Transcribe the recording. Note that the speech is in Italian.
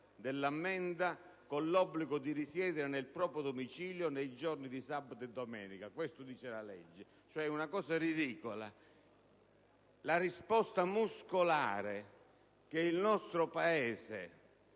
dell'ammenda con l'obbligo di risiedere nel proprio domicilio nei giorni di sabato e domenica; questo stabilisce la legge, cioè una cosa ridicola. La risposta muscolare che il nostro Paese